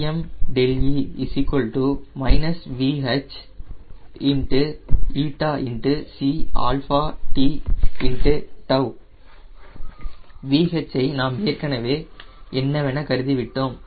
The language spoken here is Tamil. Cme −VH ηCLt𝜏 VH ஐ நாம் ஏற்கனவே என்னவென கருதிவிட்டோம்